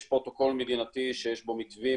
יש פרוטוקול מדינתי שיש בו מתווים,